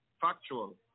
factual